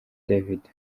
davido